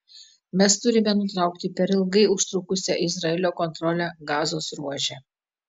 mes turime nutraukti per ilgai užtrukusią izraelio kontrolę gazos ruože